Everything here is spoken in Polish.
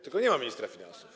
Tylko nie ma ministra finansów.